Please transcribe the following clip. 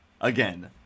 Again